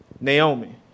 Naomi